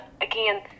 again